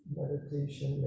meditation